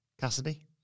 Cassidy